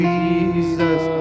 Jesus